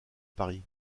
paris